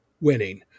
winning